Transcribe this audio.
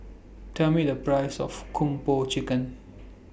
Tell Me The Price of Kung Po Chicken